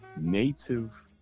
Native